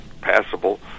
passable